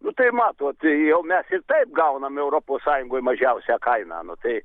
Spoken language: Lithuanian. nu tai matot jau mes ir taip gaunam europos sąjungoj mažiausią kainą nu tai